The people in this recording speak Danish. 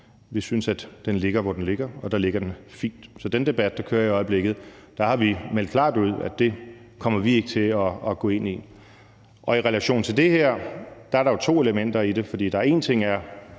Vi synes, at den ligger, hvor den ligger, og at der ligger den fint. Så i den debat, der kører i øjeblikket, har vi meldt klart ud, at det kommer vi ikke til at gå ind i. I relation til det her er der jo to elementer i det, for én ting er selve